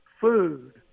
food